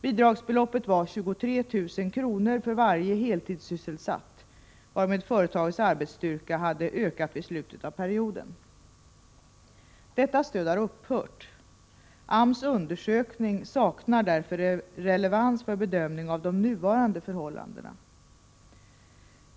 Bidragsbeloppet var 23 000 kr. för varje heltidssysselsatt varmed företagets arbetsstyrka hade ökat vid slutet av perioden. Detta stöd har upphört. AMS undersökning saknar därför relevans för bedömning av de nuvarande förhållandena.